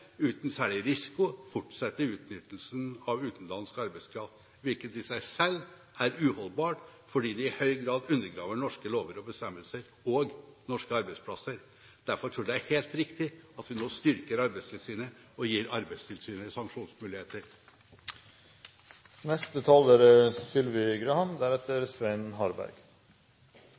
uten særlig risiko fortsette utnyttelsen av utenlandsk arbeidskraft, hvilket i seg selv er uholdbart fordi det i høy grad undergraver norske lover og bestemmelser og norske arbeidsplasser. Derfor tror jeg det er helt riktig at vi nå styrker Arbeidstilsynet, og gir Arbeidstilsynet sanksjonsmuligheter.